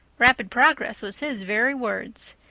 rapid progress was his very words.